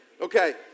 Okay